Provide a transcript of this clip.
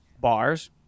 bars